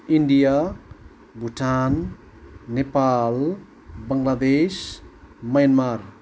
India Bhutan Nepal Bangladesh Myanmar